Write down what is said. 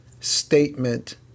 statement